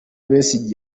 besigye